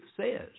says